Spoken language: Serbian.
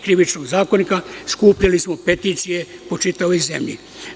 Krivičnog zakonika, skupljali smo peticije po čitavoj zemlji.